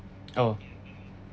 oh